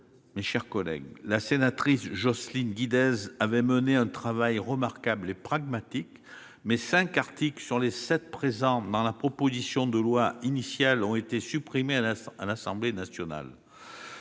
mes chers collègues, Jocelyne Guidez avait mené un travail remarquable et pragmatique, mais cinq articles sur les sept présents dans la proposition de loi initiale ont été supprimés à l'Assemblée nationale.